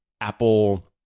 Apple